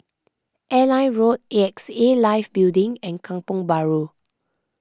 Airline Road A X A Life Building and Kampong Bahru